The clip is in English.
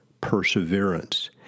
perseverance